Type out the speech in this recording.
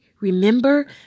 Remember